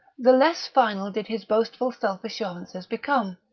the less final did his boastful self-assurances become,